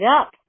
up